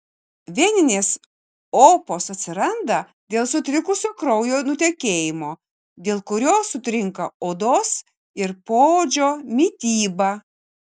veninės opos atsiranda dėl sutrikusio kraujo nutekėjimo dėl kurio sutrinka odos ir poodžio mityba